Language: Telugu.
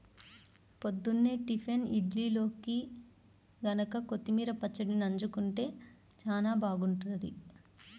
పొద్దున్నే టిఫిన్ ఇడ్లీల్లోకి గనక కొత్తిమీర పచ్చడి నన్జుకుంటే చానా బాగుంటది